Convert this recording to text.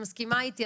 היא מסכימה איתי,